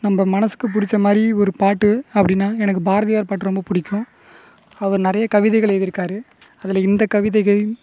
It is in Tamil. நம்ம மனசுக்கு பிடிச்ச மாரி ஒரு பாட்டு அப்படின்னா எனக்கு பாரதியார் பாட்டு ரொம்ப பிடிக்கும் அவர் நிறைய கவிதைகள் எழுதி இருக்காரு அதில் இந்த கவிதைகளும்